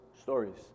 stories